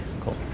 Cool